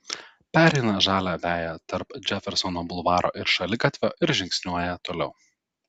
pereina žalią veją tarp džefersono bulvaro ir šaligatvio ir žingsniuoja toliau